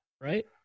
right